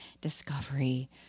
discovery